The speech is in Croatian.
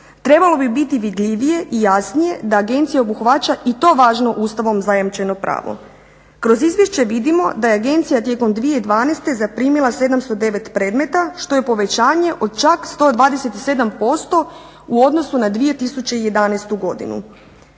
Trebalo bi biti vidljivije i jasnije da agencija obuhvaća i to važno ustavom zajamčeno pravo. Kroz izvješće vidimo da je agencija tijekom 2012. zaprimila 709 predmeta što je povećanje od čak 127 u odnosu na 2011. godinu.